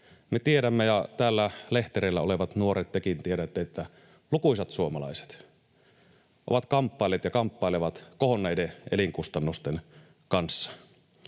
Me tiedämme, ja tekin, täällä lehtereillä olevat nuoret, tiedätte, että lukuisat suomalaiset ovat kamppailleet ja kamppailevat kohonneiden elinkustannusten kanssa.